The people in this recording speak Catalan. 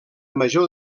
major